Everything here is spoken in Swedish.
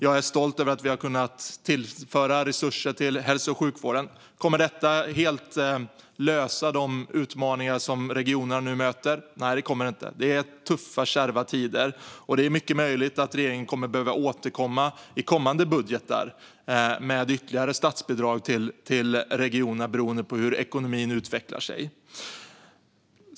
Jag är stolt över att vi har kunnat tillföra resurser till hälso och sjukvården. Kommer detta att helt lösa de utmaningar som regionerna nu möter? Nej, det kommer det inte. Det är tuffa och kärva tider. Det är mycket möjligt att regeringen kommer att behöva återkomma i kommande budgetar med ytterligare statsbidrag till regionerna, beroende på hur ekonomin utvecklar sig.